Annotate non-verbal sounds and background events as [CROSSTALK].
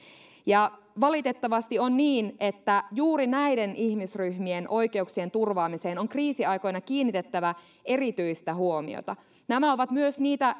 ja valitettavasti on niin että juuri näiden ihmisryhmien oikeuksien turvaamiseen on kriisiaikoina kiinnitettävä erityistä huomiota nämä ovat myös niitä [UNINTELLIGIBLE]